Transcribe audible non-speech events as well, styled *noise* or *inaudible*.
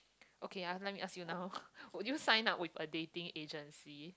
okay ah let me ask you now *noise* would you sign up with a dating agency